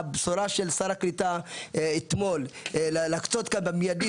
הבשורה של שר הקליטה אתמול להקצות כאן במידית